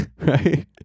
Right